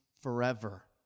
forever